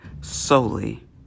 solely